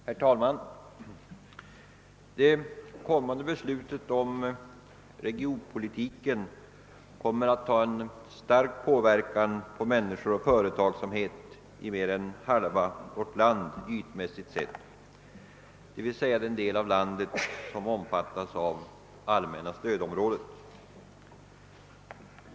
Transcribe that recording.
Herr talman! Det beslut om regionpolitiken, som riksdagen nu skall fatta, kommer att starkt påverka människor och företagsamhet i mer än halva vårt land ytmässigt sett, d.v.s. den del av landet som det allmänna stödområdet omfattar.